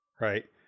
right